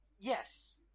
Yes